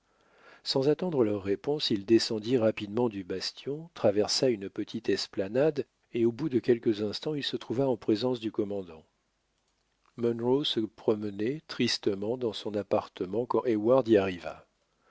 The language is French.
sans attendre leur réponse il descendit rapidement du bastion traversa une petite esplanade et au bout de quelques instants il se trouva en présence du commandant munro se promenait tristement dans son appartement quand heyward y arriva